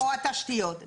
או התשתיות.